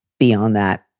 beyond that,